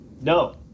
No